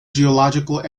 geological